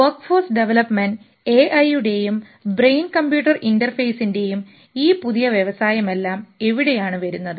work force development AI യുടെയും brain computer ഇൻറെർഫേസിൻറെയും ഈ പുതിയ വ്യവസായമെല്ലാം എവിടെയാണ് വരുന്നത്